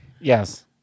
Yes